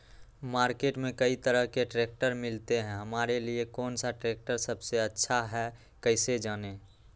Market में कई तरह के ट्रैक्टर मिलते हैं हमारे लिए कौन सा ट्रैक्टर सबसे अच्छा है कैसे जाने?